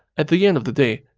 at the end of the day,